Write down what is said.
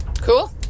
Cool